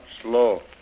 slow